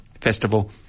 festival